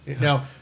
Now